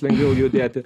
lengviau judėti